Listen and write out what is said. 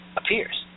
appears